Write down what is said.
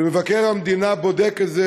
ומבקר המדינה בודק את זה,